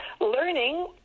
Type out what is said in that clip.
learning